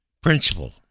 Principle